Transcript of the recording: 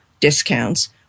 discounts